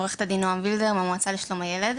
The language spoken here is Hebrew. עורכת הדין נועם וילדר מהמועצה לשלום הילד.